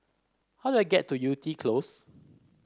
how do I get to Yew Tee Close